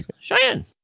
Cheyenne